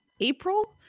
April